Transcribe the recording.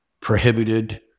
prohibited